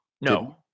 No